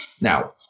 Now